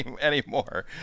anymore